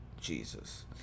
Jesus